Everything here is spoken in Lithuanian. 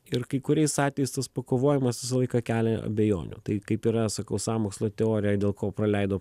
ir kai kuriais atvejais tas pakovojimas visą laiką kelia abejonių tai kaip yra sakau sąmokslo teorija dėl ko praleido